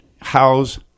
house